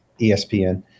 ESPN